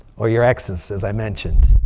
or your ex's, as i mentioned.